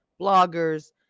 bloggers